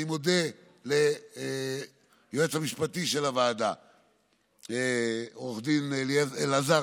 אני מודה ליועץ המשפטי של הוועדה עו"ד אלעזר